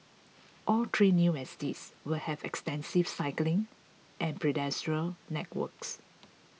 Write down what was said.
all three new estates will have extensive cycling and pedestrian networks